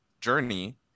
journey